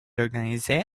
organisé